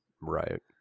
Right